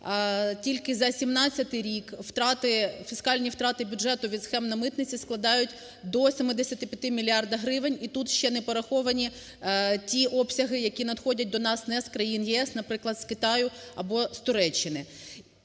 тільки за 2017 рік втрати, фіскальні втрати бюджету від схем на митниці складають до 75 мільярди гривень, і тут ще не пораховані ті обсяги, які надходять до нас не з країн ЄС, наприклад, з Китаю або з Туреччини.